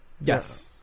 Yes